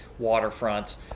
waterfronts